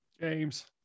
james